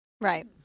right